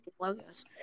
logos